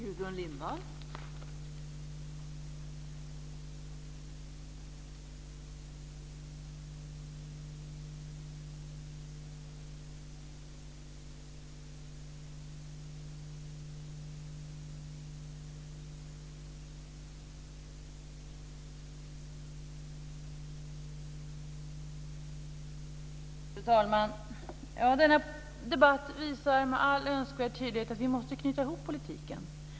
Fru talman! Den här debatten visar med all önskvärd tydlighet att vi måste knyta ihop politiken.